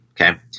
Okay